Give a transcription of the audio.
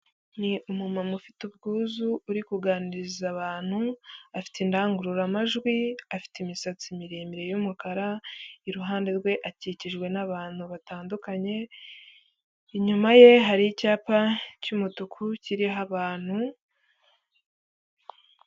Ni umumama mu ufite ubwuzu uri kuganiriza abantu afite indangururamajwi, afite imisatsi miremire y'umukara, iruhande rwe akikijwe n'abantu batandukanye inyuma ye hari icyapa cy'umutuku kiriho abantu.